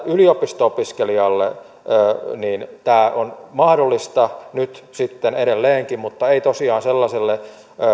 yliopisto opiskelijalle tämä on mahdollista nyt sitten edelleenkin mutta ei tosiaan sellaiselle